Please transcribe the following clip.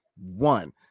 one